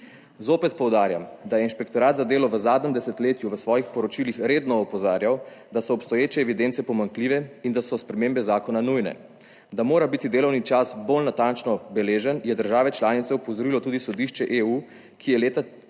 Zopet poudarjam, da je inšpektorat za delo v zadnjem desetletju v svojih poročilih redno opozarjal, da so obstoječe evidence pomanjkljive in da so spremembe zakona nujne, da mora biti delovni čas bolj natančno beležen je države članice opozorilo tudi sodišče EU, ki je leta